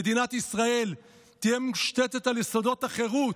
"מדינת ישראל, תהא מושתתת על יסודות החירות,